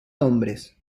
hombres